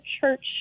church